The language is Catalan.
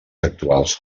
actuals